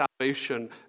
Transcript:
salvation